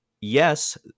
yes